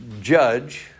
judge